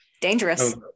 dangerous